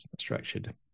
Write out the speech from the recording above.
structured